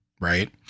Right